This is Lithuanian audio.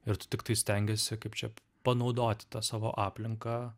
ir tu tiktai stengiesi kaip čia panaudoti tą savo aplinką